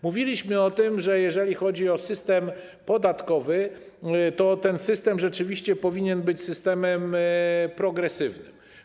Mówiliśmy o tym, że jeżeli chodzi o system podatkowy, to ten system rzeczywiście powinien być systemem progresywnym.